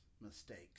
mistakes